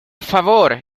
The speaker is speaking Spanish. favor